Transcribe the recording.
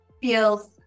feels